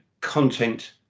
content